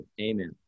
Amen